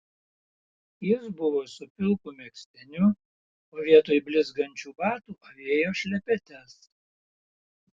jis buvo su pilku megztiniu o vietoj blizgančių batų avėjo šlepetes